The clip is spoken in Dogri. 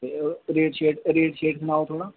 ते रेट सनाओ थोह्ड़ा